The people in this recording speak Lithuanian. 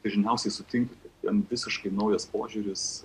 dažniausiai sutinka kad ten visiškai naujas požiūris